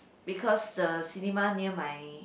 because the cinema near my